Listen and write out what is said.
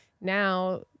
now